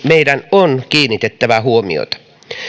meidän on kiinnitettävä huomiota